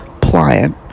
pliant